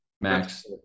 Max